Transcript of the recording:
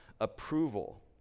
approval